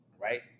right